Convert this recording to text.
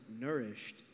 nourished